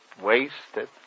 wasted